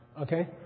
okay